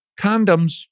condoms